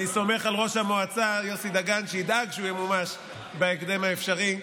אני סומך על ראש המועצה יוסי דגן שידאג שהוא ימומש בהקדם האפשרי,